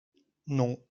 non